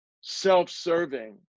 self-serving